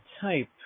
type